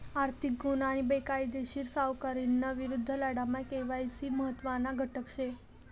आर्थिक गुन्हा आणि बेकायदेशीर सावकारीना विरुद्ध लढामा के.वाय.सी महत्त्वना घटक शे